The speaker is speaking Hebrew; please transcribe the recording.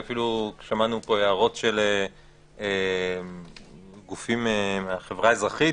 ואפילו שמענו פה הערות של גופים מהחברה האזרחית,